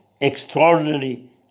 extraordinary